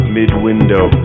mid-window